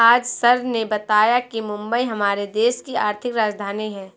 आज सर ने बताया कि मुंबई हमारे देश की आर्थिक राजधानी है